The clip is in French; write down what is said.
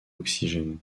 oxygène